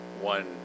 one